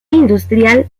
industrial